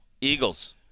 Eagles